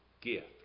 Gift